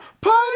Party